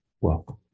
Welcome